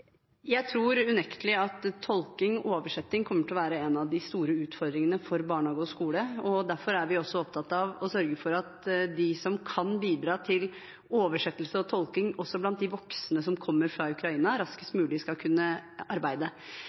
Tolking og oversetting kommer unektelig til å være en av de store utfordringene for barnehager og skoler. Derfor er vi opptatt av å sørge for at de som kan bidra med oversetting og tolking, også blant de voksne som kommer fra Ukraina, så raskt som mulig skal kunne arbeide.